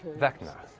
vecna,